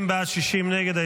50 בעד, 60 נגד.